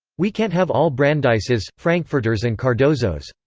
we can't have all brandeises, frankfurters and cardozos.